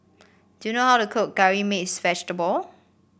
do you know how to cook Curry Mixed Vegetable